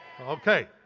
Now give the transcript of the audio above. Okay